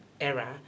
era